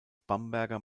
bamberger